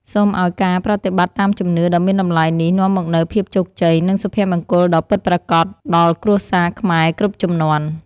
សូមឱ្យការប្រតិបត្តិតាមជំនឿដ៏មានតម្លៃនេះនាំមកនូវភាពជោគជ័យ និងសុភមង្គលដ៏ពិតប្រាកដដល់គ្រួសារខ្មែរគ្រប់ជំនាន់។